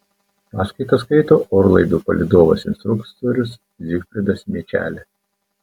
paskaitas skaito orlaivių palydovas instruktorius zigfridas miečelė